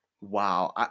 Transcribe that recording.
Wow